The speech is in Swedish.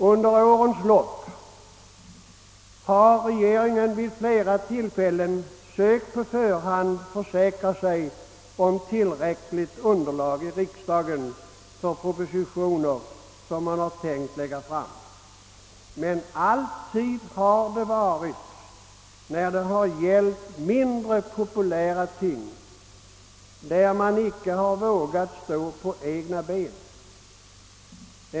Under årens lopp har regeringen vid flera tillfällen sökt att på förhand försäkra sig om ett tillräckligt underlag i riksdagen för propositioner som regeringen tänker lägga fram. Så har alltid varit fallet när det gällt mindre populära ting, där regeringen inte har vågat stå på egna ben.